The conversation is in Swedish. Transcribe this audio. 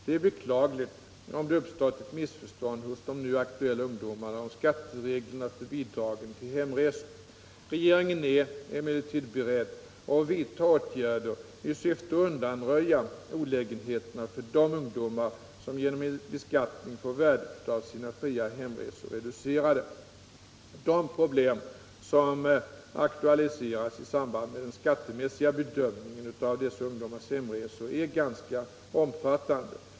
Det är beklagligt om det uppstår ett missförstånd hos de nu aktuella ungdomarna om skattereglerna för bidragen till hemresor. Regeringen är emellertid beredd att vidta åtgärder i syfte att undanröja olägenheterna för de ungdomar som genom en beskattning får värdet av sina fria hemresor reducerade. De problem som aktualiseras i samband med den skattemässiga bedömningen av dessa ungdomars hemresor är ganska omfattande.